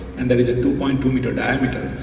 and there is a two point two meter diameter.